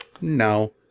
no